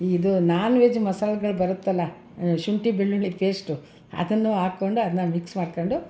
ಇದು non veg ಮಸಾಲಗಳು ಬರುತ್ತಲ್ಲ ಶುಂಠಿ ಬೆಳ್ಳುಳ್ಳಿ ಪೇಸ್ಟು ಅದನ್ನು ಹಾಕೊಂಡು ಅದನ್ನ ಮಿಕ್ಸ್ ಮಾಡ್ಕೊಂಡು